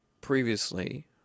previously